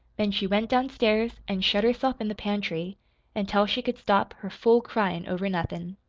then she went downstairs and shut herself in the pantry until she could stop her fool cryin' over nothin'.